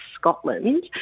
Scotland